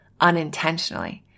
unintentionally